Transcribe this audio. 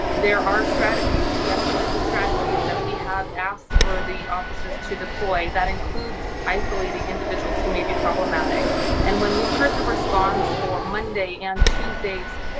there are strategies, de escalation strategies that we have asked for the officers to deploy that includes isolating individuals who may be problematic and when we heard the response for monday and tuesday's